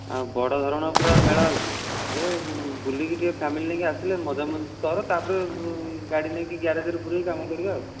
ଆଉ ବଡ଼ ଧରଣର ପୁରା ମେଳା ହେଉଛି ଆଗେ ବୁଲିକି ଟିକିଏ ଫ୍ୟାମିଲି ନେଇକି ଆସିଲେ ମଜା ମଜଲିସ୍ କର ତା'ପରେ ଗାଡ଼ି ନେଇକି ଗ୍ୟାରେଜ୍ରେ ପୁରେଇକି କାମ କରିବା ଆଉ